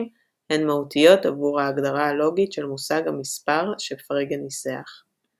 הן מהותיות עבור ההגדרה הלוגית של מושג המספר שפרגה ניסח.